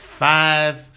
Five